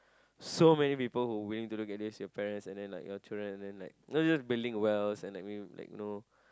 so many people who willing to look at this your parents and then like your children and then like not just building wells and like you like no